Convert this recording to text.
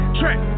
trap